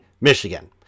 Michigan